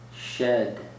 shed